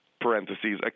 parentheses